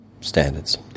standards